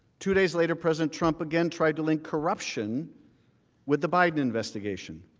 two days later president trump again try to link corruption with the biden investigation.